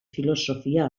filosofia